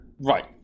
Right